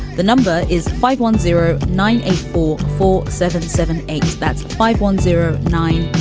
the number is five one zero nine eight four four seven seven eight. that's five one zero nine.